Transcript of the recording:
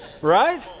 right